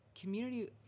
community